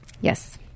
Yes